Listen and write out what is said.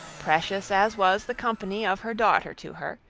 precious as was the company of her daughter to her,